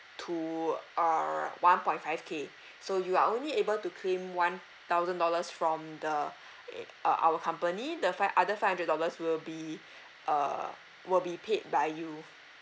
to err one point five K so you are only able to claim one thousand dollars from the uh our company the five other five hundred dollars will be uh will be paid by you